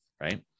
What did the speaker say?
right